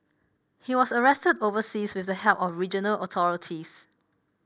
he was arrested overseas with the help of regional authorities